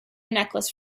necklace